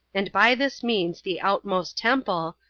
and by this means the outmost temple,